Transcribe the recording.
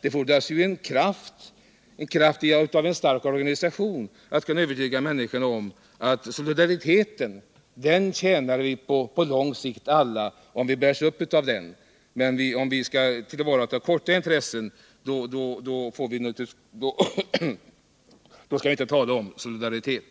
Det fordras ju kraften hos en stark organisation för att övertyga människorna om att solidariteten tjänar vi alla på i det långa perspektivet. Men om vi skall tillvarata kortsiktiga intressen, skall vi inte tala om solidaritet.